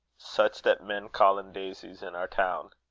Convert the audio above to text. such that men callen daisies in our town.